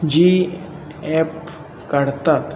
जी app काढतात